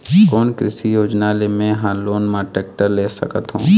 कोन कृषि योजना ले मैं हा लोन मा टेक्टर ले सकथों?